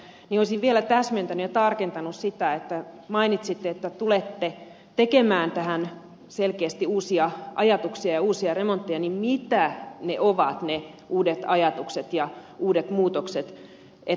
olisin vielä täsmentänyt ja tarkentanut sitä että kun mainitsitte että tulette tekemään tähän selkeästi uusia ajatuksia ja uusia remontteja niin mitä ne ovat ne uudet ajatukset ja uudet muutokset